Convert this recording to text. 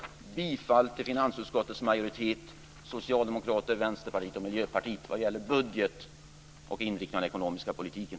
Jag yrkar bifall till finansutskottets majoritet - Socialdemokraterna, Vänsterpartiet och Miljöpartiet - vad gäller budget och inriktning av den ekonomiska politiken.